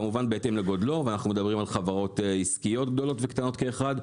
כמובן בהתאם לגודלו ואנחנו מדברים על חברות עסקיות גדולות וקטנות כאחד,